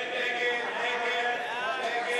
ההצעה